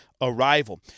Arrival